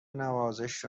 نوازش